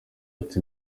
nti